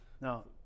Now